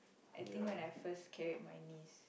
I think when I first carried my niece